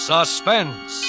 Suspense